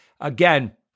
Again